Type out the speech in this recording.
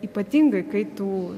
ypatingai kai tu